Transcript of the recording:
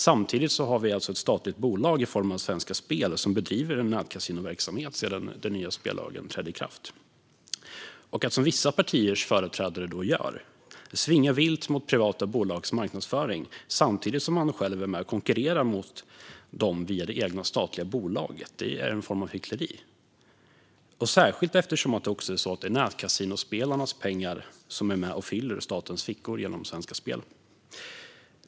Samtidigt har vi ett statligt bolag i form av Svenska Spel som bedriver en nätkasinoverksamhet sedan den nya spellagen trädde i kraft. Att som vissa partiers företrädare gör, nämligen att svinga vilt mot privata bolags marknadsföring samtidigt som man själv är med och konkurrerar med dem via det egna statliga bolaget, är en form av hyckleri. Det gäller särskilt eftersom det är nätkasinospelarnas pengar som är med och fyller svenska statens fickor genom Svenska Spel.